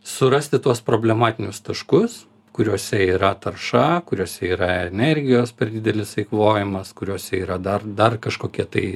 surasti tuos problematinius taškus kuriuose yra tarša kuriuose yra energijos per didelis eikvojimas kuriuose yra dar dar kažkokie tai